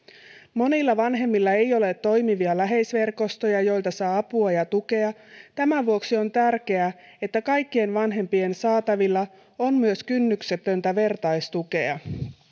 monilla vanhemmilla ei ole toimivia läheisverkostoja joilta saa apua ja tukea tämän vuoksi on tärkeää että kaikkien vanhempien saatavilla on myös kynnyksetöntä vertaistukea